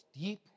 deep